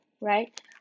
right